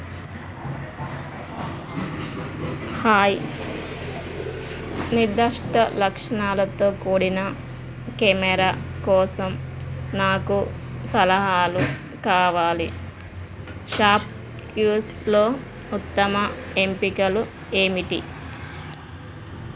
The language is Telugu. హాయ్ నిర్దిష్ట లక్షణాలతో కూడిన కెమెరా కోసం నాకు సలహాలు కావాలి షాప్క్లూస్లో ఉత్తమ ఎంపికలు ఏమిటి